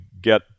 get